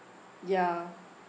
ya